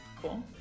Cool